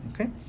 Okay